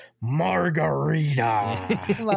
margarita